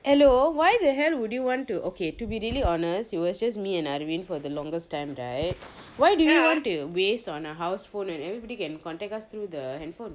hello why the hell would you want to okay to be really honest you was just me and edwin for the longest time right why do you want to waste on a house phone when everybody can contact us through the handphone